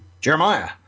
Jeremiah